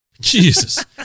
Jesus